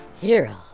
hero